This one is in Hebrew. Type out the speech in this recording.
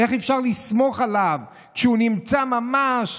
איך אפשר לסמוך עליו כשהוא נמצא ממש